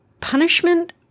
Punishment